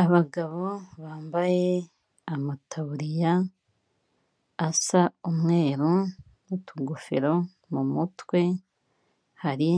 Inzu ikodeshwa iri Kicukiro muri Kigali,